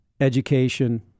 education